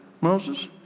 Moses